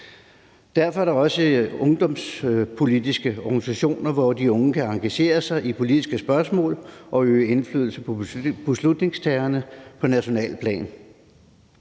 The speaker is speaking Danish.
Derfor er der også ungdomspolitiske organisationer, hvor de unge kan engagere sig i politiske spørgsmål og øve indflydelse på beslutningstagerne på nationalt plan.